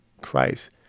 Christ